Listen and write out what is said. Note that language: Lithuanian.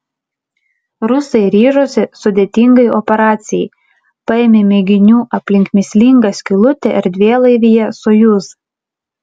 rusai ryžosi sudėtingai operacijai paėmė mėginių aplink mįslingą skylutę erdvėlaivyje sojuz